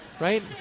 Right